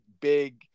big